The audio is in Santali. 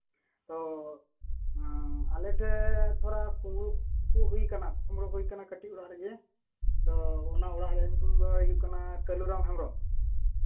ᱛᱳ ᱟᱞᱮ ᱴᱷᱮᱱ ᱛᱷᱚᱲᱟ ᱠᱩᱢᱵᱽᱲᱩ ᱠᱚ ᱦᱩᱭ ᱠᱟᱱᱟ ᱠᱩᱢᱵᱽᱲᱩ ᱦᱩᱭ ᱠᱟᱱᱟ ᱠᱟᱹᱴᱤᱡ ᱚᱲᱟᱜ ᱨᱮᱜᱮ ᱛᱚ ᱚᱱᱟ ᱚᱲᱟᱜ ᱨᱮᱱᱟᱜ ᱧᱩᱛᱩᱢ ᱫᱚ ᱦᱩᱭᱩᱜ ᱠᱟᱱᱟ ᱠᱟᱹᱞᱩᱨᱟᱢ ᱦᱮᱢᱵᱨᱚᱢ